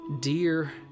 Dear